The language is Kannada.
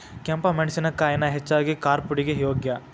ಕೆಂಪ ಮೆಣಸಿನಕಾಯಿನ ಹೆಚ್ಚಾಗಿ ಕಾರ್ಪುಡಿಗೆ ಯೋಗ್ಯ